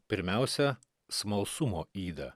pirmiausia smalsumo ydą